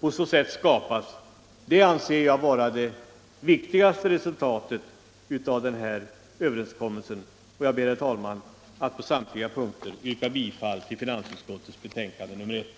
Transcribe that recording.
på så sätt skapas — det anser jag vara det viktigaste resultatet av överenskommelsen. Jag ber, herr talman, att på samtliga punkter få yrka bifall till finansutskottets hemställan i betänkandet nri1.